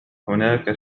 هناك